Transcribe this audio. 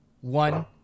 one